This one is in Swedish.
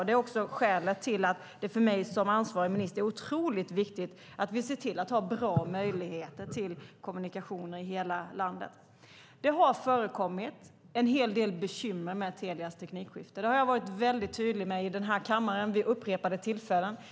Det är också skälet till att det för mig som ansvarig minister är otroligt viktigt att se till att det finns bra möjligheter till kommunikationer i hela landet. Det har förekommit en hel del bekymmer med Telias teknikskifte. Det har jag varit väldigt tydlig med i den här kammaren vid upprepade tillfällen.